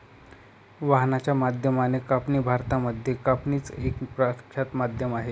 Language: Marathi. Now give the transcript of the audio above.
वाहनाच्या माध्यमाने कापणी भारतामध्ये कापणीच एक प्रख्यात माध्यम आहे